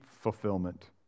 fulfillment